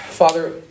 Father